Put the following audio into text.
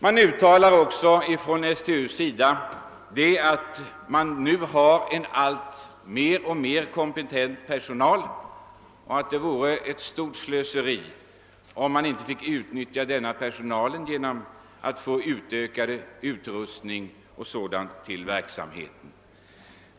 STU framhåller också att man nu har mer kompetent personal och att det vore ett stort slöseri att inte utnyttja den genom bättre utrustning m.m. för verksamheten.